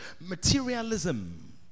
materialism